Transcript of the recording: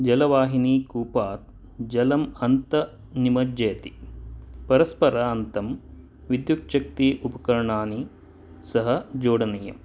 जलवाहिनी कूपात् जलम् अन्त निमज्यति परस्परंविद्युत्शक्ति उपकरणानि सह योजनीयं